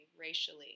racially